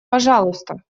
пожалуйста